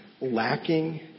lacking